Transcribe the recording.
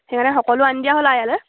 সেইকাৰণে সকলো আনি দিয়া হ'ল আৰু ইয়ালৈ